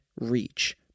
reach